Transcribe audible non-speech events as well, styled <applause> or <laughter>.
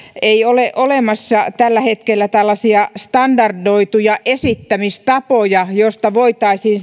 ei ole olemassa tällä hetkellä tällaisia standardoituja esittämistapoja joista voitaisiin <unintelligible>